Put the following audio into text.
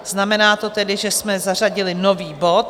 Znamená to tedy, že jsme zařadili nový bod.